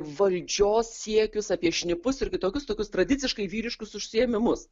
valdžios siekius apie šnipus ir kitokius tokius tradiciškai vyriškus užsiėmimus